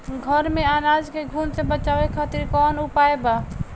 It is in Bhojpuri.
घर में अनाज के घुन से बचावे खातिर कवन उपाय बा?